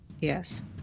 Yes